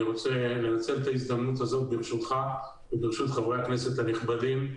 אני רוצה לנצל את ההזדמנות הזאת ברשותך וברשות חברי הכנסת הנכבדים,